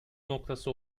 noktası